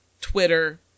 Twitter